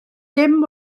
dim